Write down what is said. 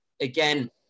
again